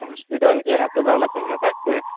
hospital কি এতো বেলা খোলা থাকবে